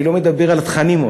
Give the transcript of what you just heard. אני לא מדבר על התכנים עוד,